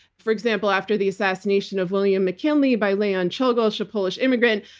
for example, after the assassination of william mckinley by leon czolgosz, a polish immigrant,